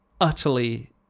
utterly